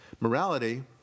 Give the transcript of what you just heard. morality